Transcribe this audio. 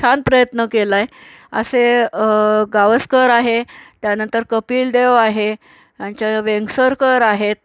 छान प्रयत्न केला आहे असे गावस्कर आहे त्यानंतर कपिल देव आहे त्याच्यात वेंगसरकर आहेत